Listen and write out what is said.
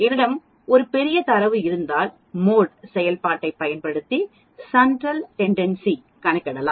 என்னிடம் ஒரு பெரிய தரவு இருந்தால் மோட் செயல்பாட்டை பயன்படுத்தி சென்ட்ரல் டெண்டன்ஸி கணிக்கலாம்